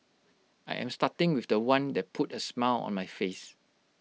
I am starting with The One that put A smile on my face